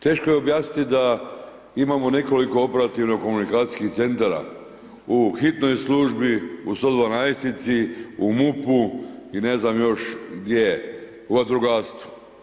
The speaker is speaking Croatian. Teško je objasniti da imamo nekoliko operativno-komunikacijskih centara u hitnoj službi, u 112, u MUP-u i ne znam još gdje, u vatrogastvu.